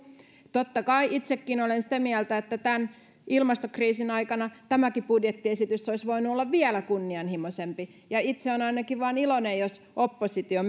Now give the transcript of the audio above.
totta kai itsekin olen sitä mieltä että tämän ilmastokriisin aikana tämäkin budjettiesitys olisi voinut olla vielä kunnianhimoisempi ja itse olen ainakin vain iloinen jos oppositio